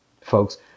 folks